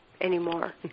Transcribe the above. anymore